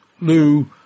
Lou